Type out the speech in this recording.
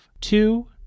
Two